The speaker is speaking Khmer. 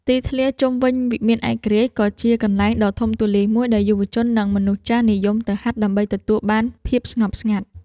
ទីធ្លាជុំវិញវិមានឯករាជ្យ ក៏ជាកន្លែងដ៏ធំទូលាយមួយដែលយុវជន និងមនុស្សចាស់និយមទៅហាត់ដើម្បីទទួលបានភាពស្ងប់ស្ងាត់។